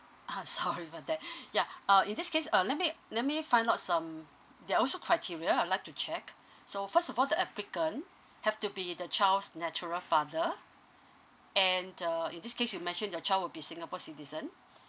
ah sorry for that ya uh in this case uh let me let me find out some there're also criteria I'd like to check so first of all the applicant have to be the child's nature father and uh in this case you mentioned your child will be singapore citizen